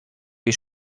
wie